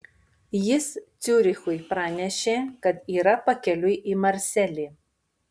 jis ciurichui pranešė kad yra pakeliui į marselį